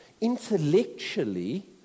Intellectually